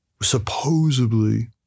supposedly